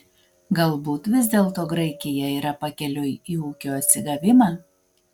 galbūt vis dėlto graikija yra pakeliui į ūkio atsigavimą